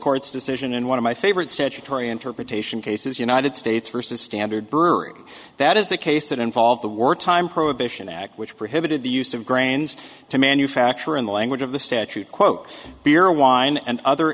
court's decision in one of my favorite statutory interpretation cases united states versus standard burr that is the case that involved the work time prohibition act which prohibited the use of grains to manufacture in the language of the statute quote beer wine and other